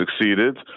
succeeded